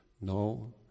No